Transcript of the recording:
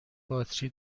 باتری